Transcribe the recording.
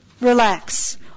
relax